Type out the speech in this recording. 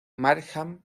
markham